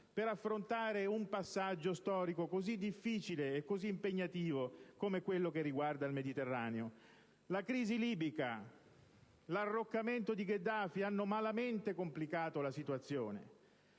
per affrontare un passaggio storico così difficile e così impegnativo come quello che riguarda il Mediterraneo. La crisi libica e l'arroccamento di Gheddafi hanno malamente complicato la situazione.